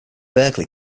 berkeley